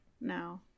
no